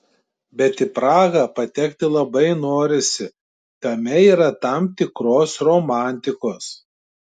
bet į prahą patekti labai norisi tame yra tam tikros romantikos